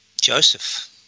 Joseph